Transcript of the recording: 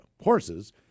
horses